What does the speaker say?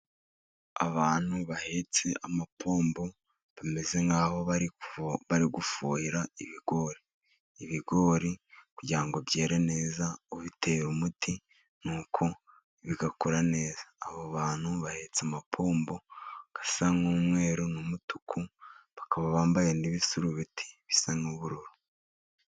Abantu bahetse amapombo bameze nk'aho bari gufuhira ibigori. Ibigori kugira ngo byera neza, ubitera umuti nuko bigakura neza. Abo bantu bahetse amapombo asa nk'umweru n'umutuku, bakaba bambaye n'ibisurubeti bisa n'ubururu.